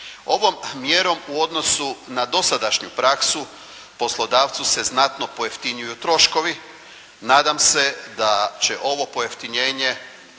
Ovom mjerom u odnosu na dosadašnju praksu poslodavcu se znatno pojeftinjuju troškovi, nadam se da će ovo pojeftinjenje